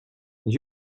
and